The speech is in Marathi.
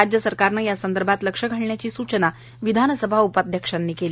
राज्य सरकारनं यासंदर्भात लक्ष घालण्याची सूचना विधानसभा उपाध्यक्षांनी केली